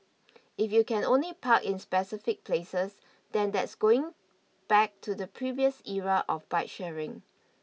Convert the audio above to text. if you can only park in specific places then that's going back to the previous era of bike sharing